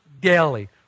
daily